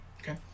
Okay